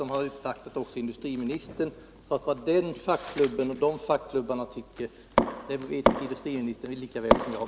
De har uppvaktat även industriministern, så vad'de fackklubbarna anser vet industriministern lika väl som jag.